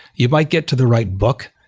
you might get to the right book,